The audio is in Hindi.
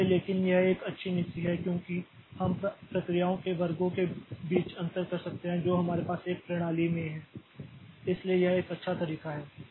इसलिए लेकिन यह एक अच्छी नीति है क्योंकि हम प्रक्रियाओं के वर्गों के बीच अंतर कर सकते हैं जो हमारे पास एक प्रणाली में हैं इसलिए यह एक अच्छा तरीका है